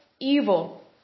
Evil